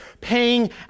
paying